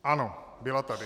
Ano, byla tady.